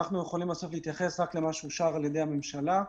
אנחנו יכולים להתייחס רק למה שאושר על ידי הממשלה.